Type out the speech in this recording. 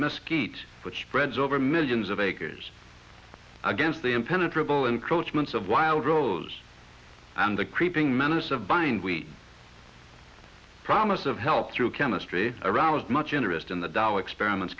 mesquite which spreads over millions of acres against the impenetrable encroachments of wildrose and the creeping menace of bind we promise of help through chemistry aroused much interest in the tao experiments